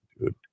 dude